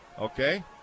okay